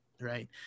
right